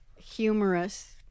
humorous